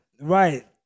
Right